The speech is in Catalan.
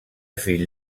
fill